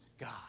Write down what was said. God